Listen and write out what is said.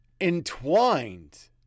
entwined